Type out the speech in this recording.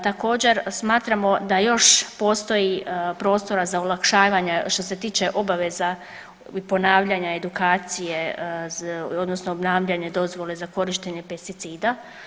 Također smatramo da još postoji prostora za olakšavanja što se tiče obaveza ponavljanja edukacije odnosno obnavljanja dozvole za korištenje pesticida.